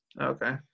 Okay